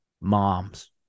Moms